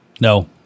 No